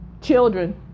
children